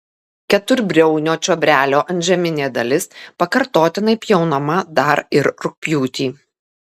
keturbriaunio čiobrelio antžeminė dalis pakartotinai pjaunama dar ir rugpjūtį